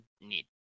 need